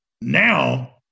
Now